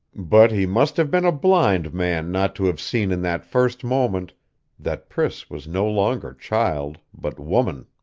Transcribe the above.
but he must have been a blind man not to have seen in that first moment that priss was no longer child, but woman.